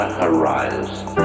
horizon